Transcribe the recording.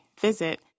visit